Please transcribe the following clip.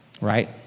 right